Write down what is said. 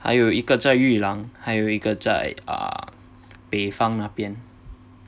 还有一个在还有一个在北方那边